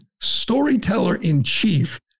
storyteller-in-chief